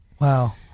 Wow